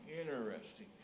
interesting